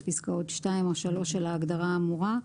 בפסקאות (2) או (3) של ההגדרה האמורה,